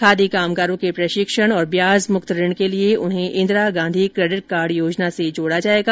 खादी कामगारों के प्रशिक्षण और ब्याज मुक्त ऋण के लिए उन्हें इंदिरा गांधी केडिट कार्ड योजना से जोडा जाएगा